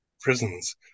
prisons